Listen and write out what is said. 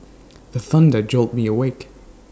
the thunder jolt me awake